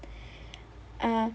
uh